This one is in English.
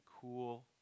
cool